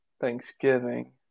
Thanksgiving